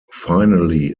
finally